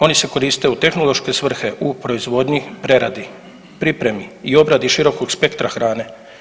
Oni se koriste u tehnološke svrhe u proizvodnji, preradi, pripremi i obradi širokog spektra hrane.